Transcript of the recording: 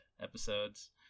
episodes